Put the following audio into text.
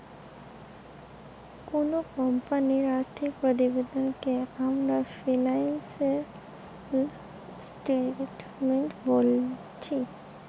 কুনো কোম্পানির আর্থিক প্রতিবেদনকে আমরা ফিনান্সিয়াল স্টেটমেন্ট বোলছি